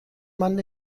man